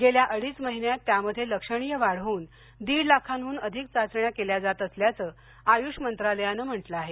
गेल्या अडीच महिन्यांत त्यामध्ये लक्षणीय वाढ होऊन दीड लाखांहून अधिक चाचण्या केल्या जात असल्याचं आयुष मंत्रालयांनं म्हटलं आहे